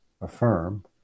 affirm